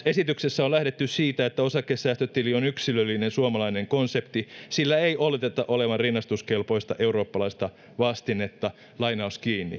esityksessä on lähdetty siitä että osakesäästötili on yksilöllinen suomalainen konsepti sillä ei oleteta olevan rinnastuskelpoista eurooppalaista vastinetta